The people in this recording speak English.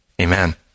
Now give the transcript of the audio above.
Amen